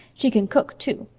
she can cook, too.